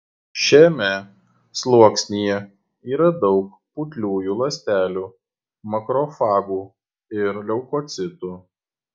šiame sluoksnyje yra daug putliųjų ląstelių makrofagų ir leukocitų